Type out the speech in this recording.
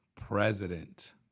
president